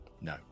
No